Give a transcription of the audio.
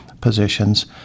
positions